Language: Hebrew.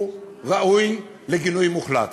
הוא ראוי לגינוי מוחלט.